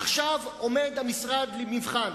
עכשיו המשרד עומד למבחן,